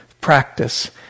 practice